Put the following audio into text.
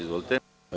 Izvolite.